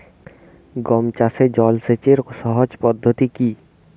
গম চাষে জল সেচের সহজ পদ্ধতি কি?